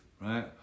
right